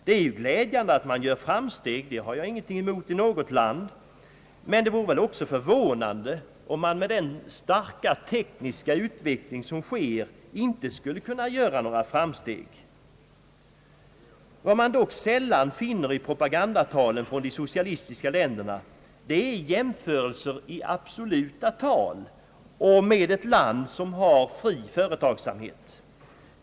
Det är glädjande att man gör framsteg inom ett land, men det vore väl också förvånande om inte ett land med dagens tekniska utveckling skulle kunna visa på framsteg. Vad man dock sällan finner i propagandatalen från de socialistiska länderna är jämförelse i absoluta tal med ett land som har fri företagsamhet.